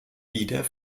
wieder